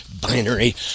binary